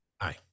Aye